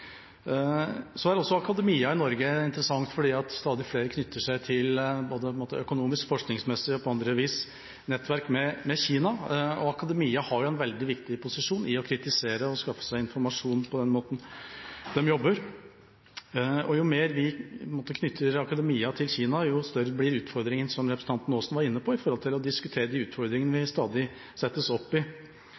interessant, fordi stadig flere knytter seg til nettverk med Kina, både økonomisk, forskningsmessig og på andre vis. Akademia, med den måten man jobber på der, har en veldig viktig posisjon med hensyn til det å kritisere og skaffe seg informasjon. Jo mer vi knytter akademia til Kina, jo større blir utfordringen, som representanten Aasen var inne på, med hensyn til det å diskutere de utfordringene vi stadig